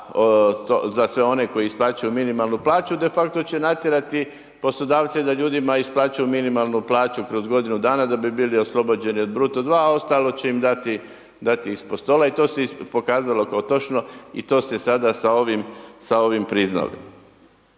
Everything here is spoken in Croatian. za sve one koji isplaćuju minimalnu plaću defakto će natjerati poslodavce da ljudima isplaćuju minimalnu plaću kroz godinu dana da bi bili oslobođeni od bruto 2, a ostalo će im dati ispod stola i to se pokazalo kao točno i to ste sada sa ovim priznali.